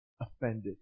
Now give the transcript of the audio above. offended